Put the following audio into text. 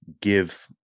give